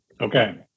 Okay